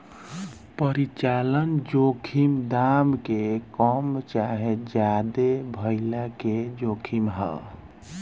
परिचालन जोखिम दाम के कम चाहे ज्यादे भाइला के जोखिम ह